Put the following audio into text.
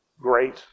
great